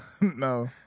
No